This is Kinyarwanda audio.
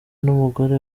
n’umugore